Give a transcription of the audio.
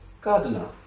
Gardener